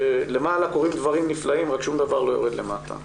למעלה קורים דברים נפלאים אלא שום דבר לא יורד למטה.